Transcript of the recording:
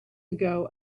ago